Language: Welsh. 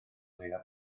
leia